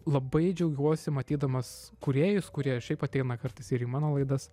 labai džiaugiuosi matydamas kūrėjus kurie šiaip ateina kartais ir į mano laidas